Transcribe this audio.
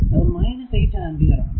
അത് 8 ആംപിയർ ആണ്